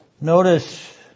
Notice